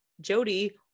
Jody